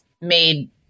made